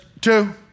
two